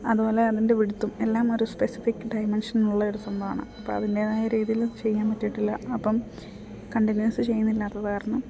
അതുപോലെ അതിൻ്റെ വിട്ത്തും എല്ലാം ഒരു സ്പെസിഫിക് ഡൈമൻഷനുള്ള ഒരു സംഭവമാണ് അപ്പം അതിൻ്റെതായ രീതിയിൽ ചെയ്യാൻ പറ്റിയിട്ടില്ല അപ്പം കണ്ടിന്യൂസ് ചെയ്യുന്നില്ലാത്തത് കാരണം